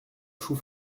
chou